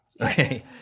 Okay